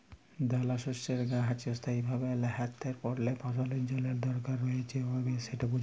দালাশস্যের গাহাচ অস্থায়ীভাবে ল্যাঁতাই পড়লে ফসলের জলের দরকার রঁয়েছে সেট বুঝায়